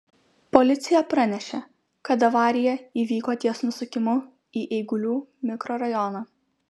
policija pranešė kad avarija įvyko ties nusukimu į eigulių mikrorajoną